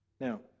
Now